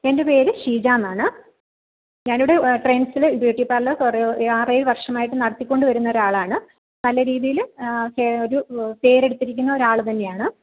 എൻ്റെ പേര് ഷീജ എന്നാണ് ഞാനിവിടെ ട്രെൻസില് ബ്യൂട്ടി പാർലർ കുറേ ആറേഴ് വർഷമായിട്ട് നടത്തിക്കൊണ്ട് വരുന്ന ഒരു ആളാണ് നല്ല രീതിയിൽ ഒരു പേരെടുത്തിരിക്കുന്ന ഒരാൾ തന്നെയാണ്